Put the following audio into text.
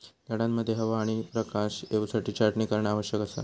झाडांमध्ये हवा आणि प्रकाश येवसाठी छाटणी करणा आवश्यक असा